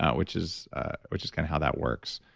ah which is which is kind of how that works.